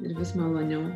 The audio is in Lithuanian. ir vis maloniau